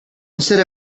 instead